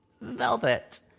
Velvet